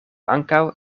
ankaŭ